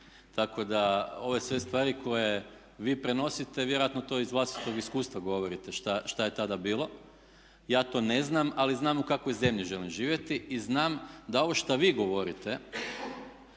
Tako da ove sve stvari koje vi prenosite vjerojatno to iz vlastitog iskustva govorite šta je tada bilo. Ja to ne znam ali znam u kakvoj zemlji želim živjeti. I znam da ovo što vi govorite